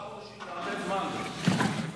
מוותר.